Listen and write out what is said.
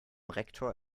rektor